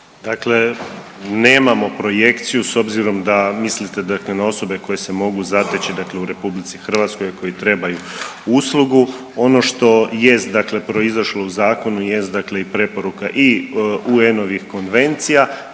Dakle, nemamo projekciju s obzirom da mislite na osobe koje se mogu zateći u RH, a koje trebaju uslugu, ono što jest proizašlo u zakonu jest i preporuka i UN-ovih konvencija,